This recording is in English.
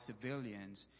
civilians